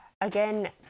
Again